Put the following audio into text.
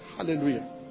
Hallelujah